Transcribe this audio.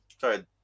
sorry